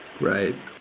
Right